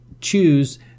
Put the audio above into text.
choose